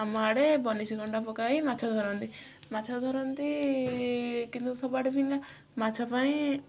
ଆମ ଆଡ଼େ ବନିଶୀ କଣ୍ଟା ପକାଇ ମାଛ ଧରନ୍ତି ମାଛ ଧରନ୍ତି କିନ୍ତୁ ସବୁ ଆଡ଼େ ଭିନ୍ନ ମାଛ ପାଇଁ